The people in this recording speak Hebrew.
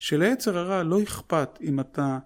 שליצר הרע לא אכפת אם אתה